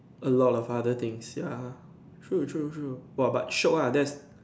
a lot of other things ya true true true !wah! but shiok lah that's